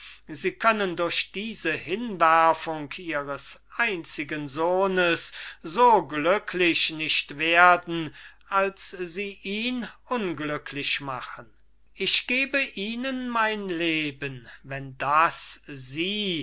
sie können durch diese hinwerfung ihres einzigen sohnes so glücklich nicht werden als sie ihn unglücklich machen ich gebe ihnen mein leben wenn das sie